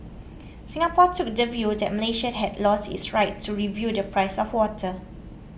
Singapore took the view that Malaysia had lost its right to review the price of water